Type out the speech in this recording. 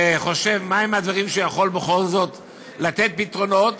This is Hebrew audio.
וחושב מה הם הדברים שהוא יכול בכל זאת לתת להם פתרונות.